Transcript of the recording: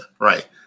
Right